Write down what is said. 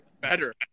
better